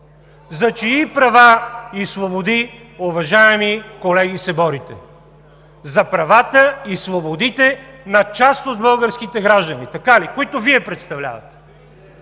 За чии права и свободи, уважаеми колеги, се борите – за правата и свободите на част от българските граждани, които Вие представлявате,